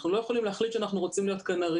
אנחנו לא יכולים להחליט שאנחנו רוצים להיות כנרים